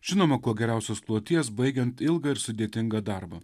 žinoma kuo geriausios kloties baigiant ilgą ir sudėtingą darbą